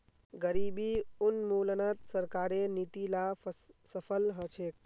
गरीबी उन्मूलनत सरकारेर नीती ला सफल ह छेक